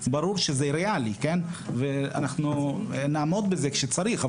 ברור שזה ריאלי ואנחנו נעמוד בזה כשצריך.